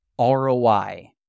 ROI